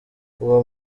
uwo